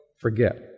forget